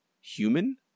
human